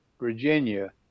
Virginia